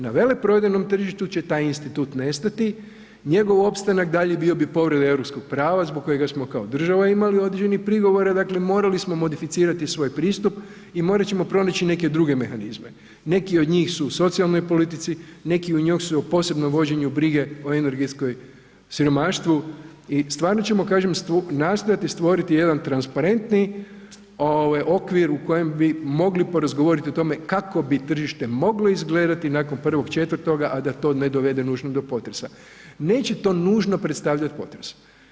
Na veleprodajnom tržištu će taj institut nestati, njegov opstanak daljnji bio bi povreda europskog prava zbog kojega smo kao država imali određeni prigovore, dakle morali smo modificirati svoj pristup i morat ćemo pronaći neke druge mehanizme, neki od njih su u socijalnoj politici, neki od njih su o posebnom vođenju brige o energetskoj siromaštvu i stvarno ćemo kažem nastojati stvoriti jedan transparentni okvir u kojem bi mogli porazgovoriti o tome kako bi tržište moglo izgledati nakon 1.4., a da to ne dovede nužno do potresa, neće to nužno predstavljat potres.